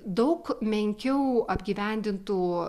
daug menkiau apgyvendintų